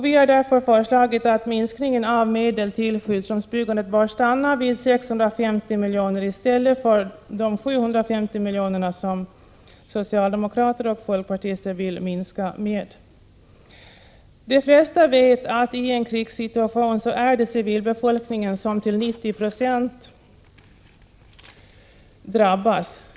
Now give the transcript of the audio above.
Vi har därför föreslagit att minskningen av medel till skyddsrumsbyggandet stannar vid 650 miljoner i stället för den minskning på 750 miljoner som socialdemokrater och folkpartister föreslår. De flesta vet att det i en krigssituation till 90 96 är civilbefolkningen som drabbas.